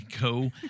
go